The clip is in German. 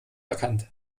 erkannt